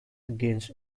against